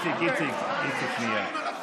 איציק, שנייה.